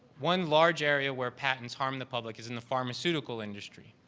one large area where patents harm the public is in the pharmaceutical industry.